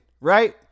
right